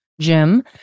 Jim